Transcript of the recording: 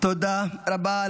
תודה רבה.